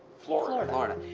florida. florida. florida.